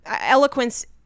eloquence